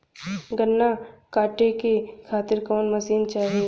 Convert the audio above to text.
गन्ना कांटेके खातीर कवन मशीन चाही?